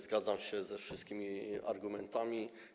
Zgadzam się ze wszystkimi argumentami.